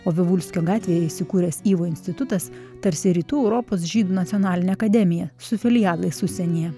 o vivulskio gatvėje įsikūręs ivo institutas tarsi rytų europos žydų nacionalinė akademija su filialais užsienyje